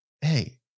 Hey